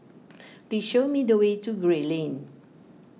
please show me the way to Gray Lane